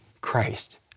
Christ